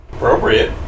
Appropriate